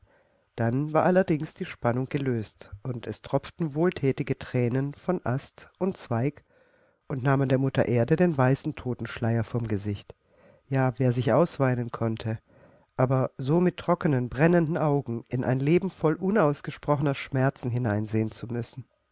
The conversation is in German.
dann war allerdings die spannung gelöst und es tropften wohlthätige thränen von ast und zweig und nahmen der mutter erde den weißen totenschleier vom gesicht ja wer sich ausweinen konnte aber so mit trockenen brennenden augen in ein leben voll unausgesprochener schmerzen hineinsehen zu müssen